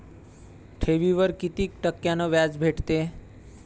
ठेवीवर कितीक टक्क्यान व्याज भेटते?